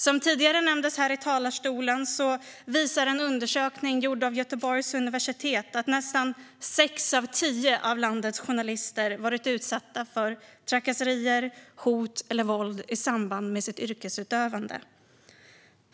Som tidigare nämndes här i talarstolen visar en undersökning gjord vid Göteborgs universitet att nästan sex av tio av landets journalister har varit utsatta för trakasserier, hot eller våld i samband med sitt yrkesutövande.